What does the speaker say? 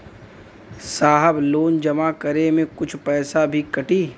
साहब लोन जमा करें में कुछ पैसा भी कटी?